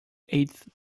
eighth